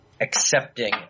accepting